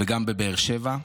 וגם בבאר שבע.